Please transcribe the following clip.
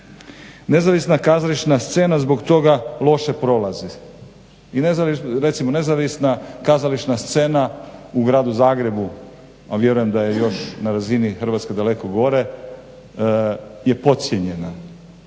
Nezavisna kazališna scena zbog toga loše prolazi i recimo nezavisna kazališna scena u gradu Zagrebu, a vjerujem da je još na razini Hrvatske daleko gore, je podcijenjena.